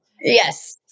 yes